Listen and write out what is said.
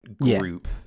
group